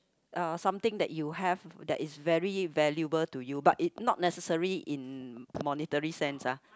uh something that you have that is very valuable to you but it not necessary in monetary sense ah